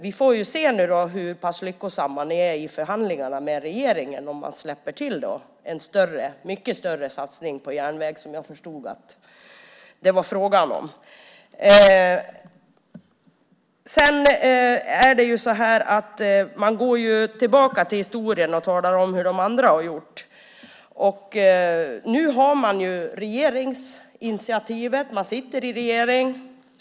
Vi får se hur lyckosamma ni är i förhandlingarna med regeringen och om man gör en mycket större satsning på järnväg som jag förstod att det var fråga om. Ni går tillbaka till historien och talar om hur de andra har gjort. Nu har ni regeringsinitiativet. Ni sitter i regeringen.